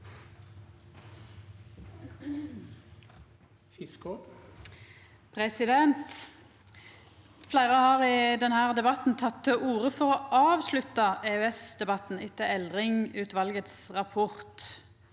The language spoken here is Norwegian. Fleire har i denne de- batten teke til orde for å avslutta EØS-debatten etter Eldring-utvalets rapport.